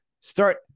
start